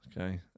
Okay